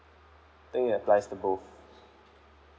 I think it applies to both